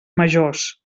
majors